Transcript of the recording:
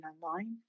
online